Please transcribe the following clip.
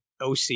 OC